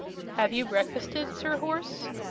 have you breakfasted, sir horse?